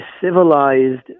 civilized